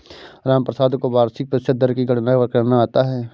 रामप्रसाद को वार्षिक प्रतिशत दर की गणना करना आता है